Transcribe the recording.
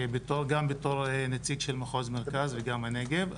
גם בתור נציג של מחוז מרכז וגם הנגב.